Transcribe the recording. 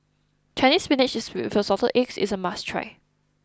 Chinese Spinach with Assorted Eggs is a must try